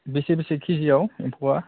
बेसे बेसे केजि आव एम्फौआ